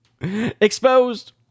Exposed